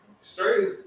straight